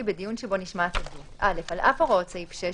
בדיון שבו נשמעת עדות- 8.(א)על אף הוראות סעיף 6,